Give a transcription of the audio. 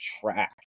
track